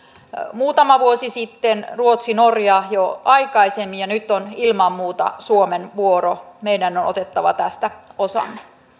muutama vuosi sitten ruotsi ja norja jo aikaisemmin ja nyt on ilman muuta suomen vuoro meidän on otettava tästä osamme